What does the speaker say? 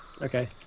Okay